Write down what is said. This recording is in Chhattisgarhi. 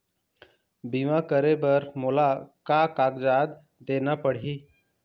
बीमा करे बर मोला का कागजात देना पड़ही?